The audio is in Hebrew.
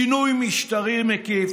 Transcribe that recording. שינוי משטרי מקיף,